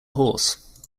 horse